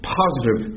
positive